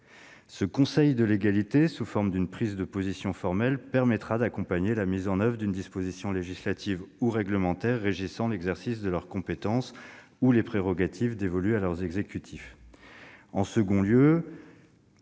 Ce « conseil de légalité », sous forme d'une prise de position formelle, permettra d'accompagner la mise en oeuvre d'une disposition législative ou réglementaire régissant l'exercice de leurs compétences ou les prérogatives dévolues à leurs exécutifs.